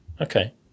Okay